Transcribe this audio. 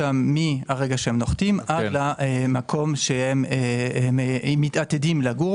מרגע שהם נוחתים עד המקום שבו הם עתידים לגור.